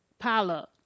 pileup